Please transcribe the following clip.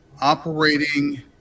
operating